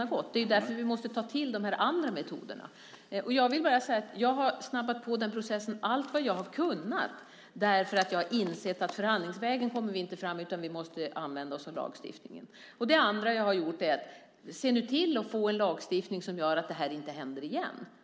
har försökt. Det är därför vi måste ta till andra metoder. Jag har påskyndat den processen allt vad jag har kunnat. Jag har insett att vi inte kommer fram förhandlingsvägen utan att vi måste använda oss av lagstiftning. Vi ska nu se till att få en lagstiftning som gör att det här inte händer igen.